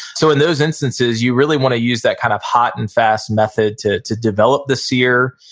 so in those instances, you really wanna use that kind of hot and fast method to to develop the sear,